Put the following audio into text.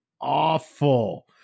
Awful